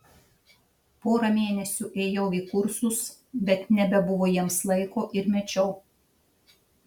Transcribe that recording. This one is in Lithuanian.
porą mėnesių ėjau į kursus bet nebebuvo jiems laiko ir mečiau